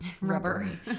rubber